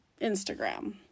Instagram